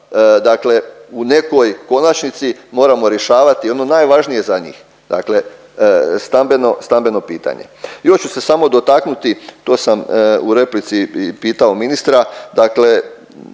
dakle u nekoj konačnici moramo rješavati ono najvažnije za njih, dakle stambeno, stambeno pitanje. Još ću se samo dotaknuti, to sam u replici i pitao ministra dakle